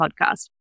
Podcast